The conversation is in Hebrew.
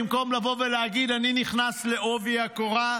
במקום לבוא ולהגיד: אני נכנס בעובי הקורה,